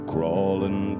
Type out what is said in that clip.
Crawling